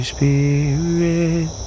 Spirit